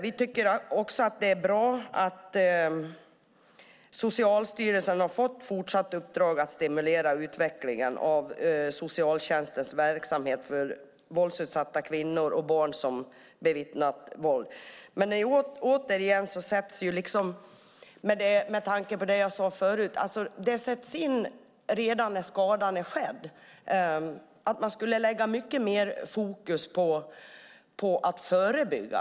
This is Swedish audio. Vi tycker också att det är bra att Socialstyrelsen har fått ett fortsatt uppdrag att stimulera utvecklingen av socialtjänstens verksamhet för våldsutsatta kvinnor och barn som bevittnat våld. Men det sätts in när skadan är skedd. Man borde lägga mycket mer fokus på att förebygga.